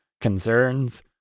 concerns